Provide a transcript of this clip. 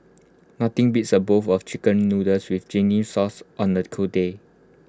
nothing beats A bowl of Chicken Noodles with zingy sauce on A cold day